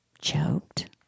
choked